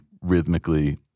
rhythmically